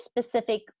specific